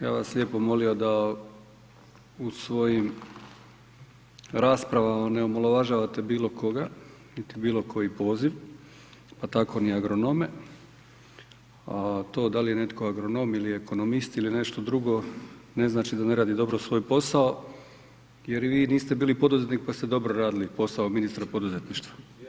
Ja bi vas lijepo molio da u svojim raspravama ne omaložavate bilo koga, niti bilo koji poziv, pa tako ni agronome, a to da li je netko agronom ili ekonomist ili nešto drugo, ne znači da ne radi dobro svoj posao jer ni vi niste bili poduzetnik, pa ste dobro radili posao ministra poduzetništva.